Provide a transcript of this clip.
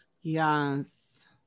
Yes